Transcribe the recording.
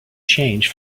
change